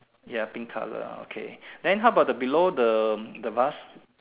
ya pink color ah okay then how about below the the vase